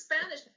Spanish